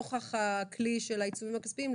נוכח הכלי של העיצומים הכספיים,